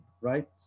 Right